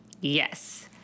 Yes